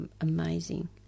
amazing